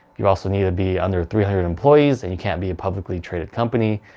you also need to be under three hundred employees and you can't be a publicly traded company.